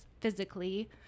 Physically